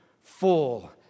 full